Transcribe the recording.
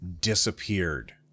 disappeared